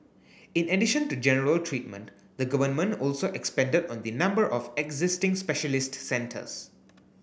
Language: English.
in addition to general treatment the Government also expanded on the number of existing specialist centres